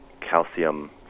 calcium